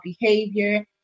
behavior